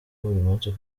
munsi